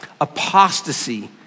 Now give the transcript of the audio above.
apostasy